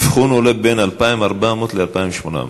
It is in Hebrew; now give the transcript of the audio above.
אבחון עולה בין 2,400 שקלים ל-2,800 שקלים.